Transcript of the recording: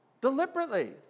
Deliberately